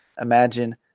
Imagine